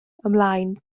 ymlaen